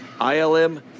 ILM